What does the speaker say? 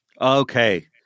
Okay